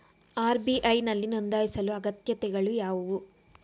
RBI ನಲ್ಲಿ ನೊಂದಾಯಿಸಲು ಅಗತ್ಯತೆಗಳು ಯಾವುವು?